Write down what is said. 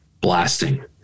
blasting